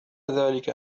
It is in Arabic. ذلك